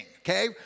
okay